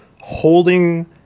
holding